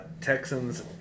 Texans